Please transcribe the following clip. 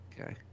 okay